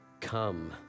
come